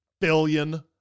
billion